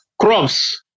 crops